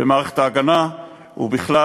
במערכת ההגנה ובכלל.